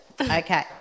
Okay